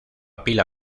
pila